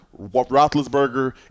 Roethlisberger